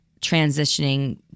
transitioning